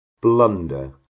blunder